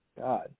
God